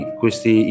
questi